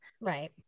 Right